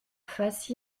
face